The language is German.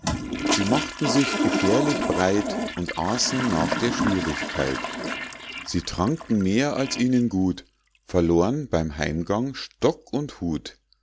sie machten sich gefährlich breit und aßen nach der schwierigkeit sie tranken mehr als ihnen gut verlorn beim heimgang stock und hut